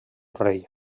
rei